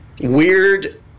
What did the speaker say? weird